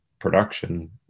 production